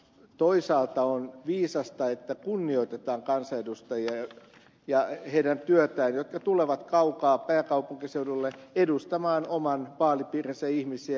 toisaalta on viisasta että kunnioitetaan kansanedustajia ja heidän työtään jotka tulevat kaukaa pääkaupunkiseudulle edustamaan oman vaalipiirinsä ihmisiä